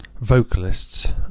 vocalists